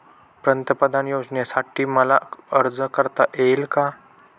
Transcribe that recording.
पंतप्रधान योजनेसाठी मला अर्ज करता येईल का?